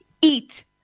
eat